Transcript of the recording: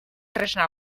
tresna